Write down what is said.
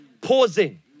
Pausing